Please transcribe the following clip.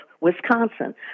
Wisconsin